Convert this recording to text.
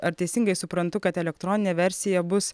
ar teisingai suprantu kad elektroninė versija bus